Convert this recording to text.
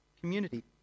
community